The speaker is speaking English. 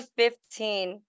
fifteen